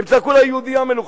הם צעקו לה: יהודייה מלוכלכת.